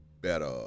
better